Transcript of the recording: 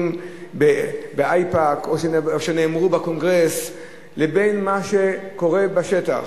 באיפא"ק או שנאמרו בקונגרס לבין מה שקורה בשטח.